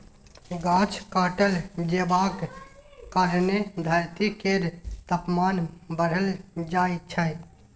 गाछ काटल जेबाक कारणेँ धरती केर तापमान बढ़ल जाइ छै